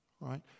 Right